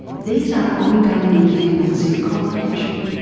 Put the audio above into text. these are ongoing impairments in comprehension,